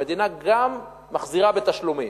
המדינה גם מחזירה בתשלומים.